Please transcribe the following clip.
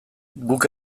guk